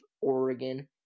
Oregon